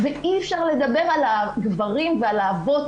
ואי אפשר לדבר על הגברים ועל האבות,